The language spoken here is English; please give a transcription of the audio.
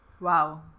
Wow